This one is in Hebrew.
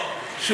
לא,